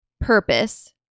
purpose